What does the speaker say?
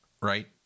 right